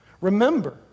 Remember